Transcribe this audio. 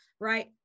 right